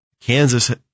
Kansas